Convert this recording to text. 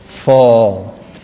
Fall